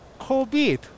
COVID